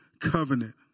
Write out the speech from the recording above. Covenant